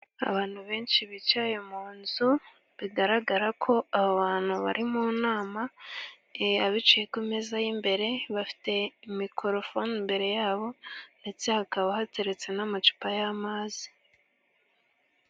Abantu benshi bicaye mu nzu, bigaragara ko aba bantu bari mu nama. Abicaye ku meza y'imbere bafite mikorofone imbere yabo, ndetse hakaba hateretse n'amacupa y'amazi.